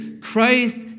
Christ